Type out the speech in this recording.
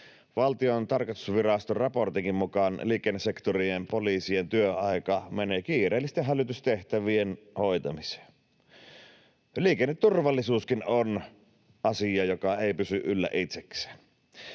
Valtion tarkastusviraston raportinkin mukaan liikennesektorien poliisien työaika menee kiireellisten hälytystehtävien hoitamiseen. Liikenneturvallisuuskin on asia, joka ei pysy yllä itsekseen.